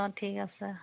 অঁ ঠিক আছে